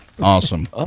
Awesome